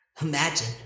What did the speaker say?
Imagine